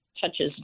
touches